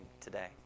today